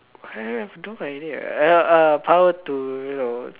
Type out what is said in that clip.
have don't uh power to you know